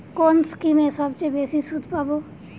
কোন স্কিমে সবচেয়ে বেশি সুদ পাব?